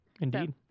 Indeed